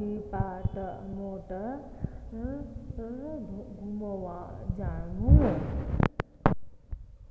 department घूमवा जामु